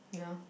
ya